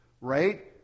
right